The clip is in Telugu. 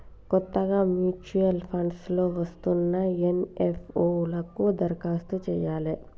కొత్తగా ముచ్యుయల్ ఫండ్స్ లో వస్తున్న ఎన్.ఎఫ్.ఓ లకు దరఖాస్తు చెయ్యాలే